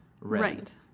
Right